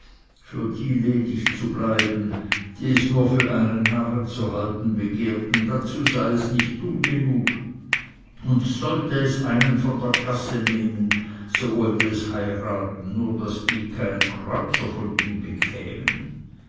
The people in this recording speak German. für die ledig zu bleiben die es nur für einen narren zu halten begehrten dazu sei es nicht dumm genug und sollte es einen von der gasse nehmen so wollte es heiraten nur daß die keinen kreuzer von ihm bekämen